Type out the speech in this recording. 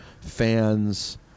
fans